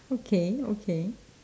okay okay